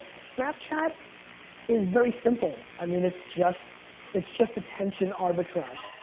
snapchat is very simple. i mean, it's just it's just attention arbitrage,